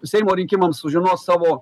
seimo rinkimams sužinos savo